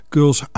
...Girls